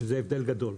זה הבדל גדול.